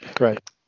right